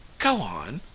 go on.